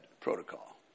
protocol